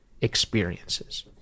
experiences